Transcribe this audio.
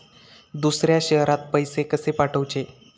दुसऱ्या शहरात पैसे कसे पाठवूचे?